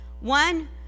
one